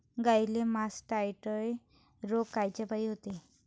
गाईले मासटायटय रोग कायच्यापाई होते?